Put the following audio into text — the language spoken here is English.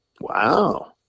wow